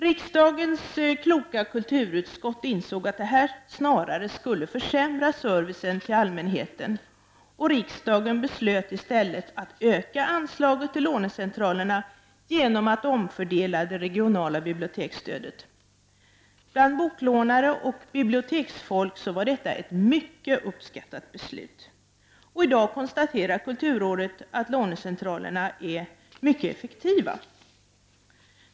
Riksdagens kloka kulturutskott insåg att detta snarare skulle försämra servicen till allmänheten, och riksdagen beslöt i stället att öka anslaget till lånecentralerna genom att omfördela det regionala biblioteksstödet. Bland boklånare och biblioteksfolk var detta ett mycket uppskattat beslut. I dag konstaterar kulturrådet att lånecentralerna är mycket effektiva.